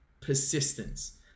persistence